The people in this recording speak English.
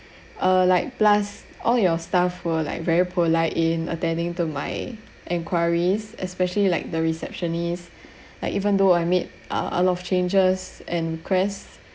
uh like plus all your staff were like very polite in attending to my inquiries especially like the receptionist like even though I made uh a lot of changes and request